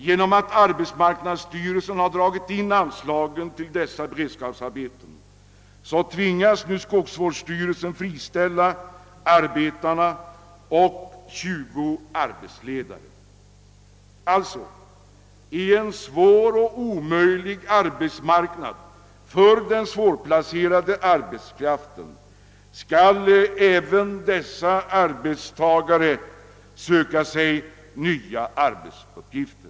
Genom att arbetsmarknadsstyrelsen har dragit in anslagen till dessa beredskapsarbeten tvingas nu skogsvårdsstyrelsen friställa arbetarna samt 20 arbetsledare. I en svår eller nära nog omöjlig arbetsmarknadssituation för den svårplacerade arbetskraften skall alltså även dessa arbetstagare tvingas söka sig nya arbetsuppgifter.